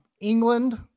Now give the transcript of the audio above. England